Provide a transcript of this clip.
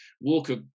Walker